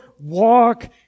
Walk